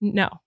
no